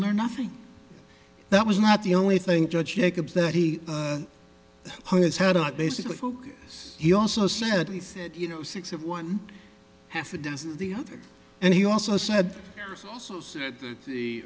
learn nothing that was not the only thing judge jacobs that he has had a lot basically focus he also said he said you know six of one half a dozen of the other and he also said